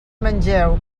mengeu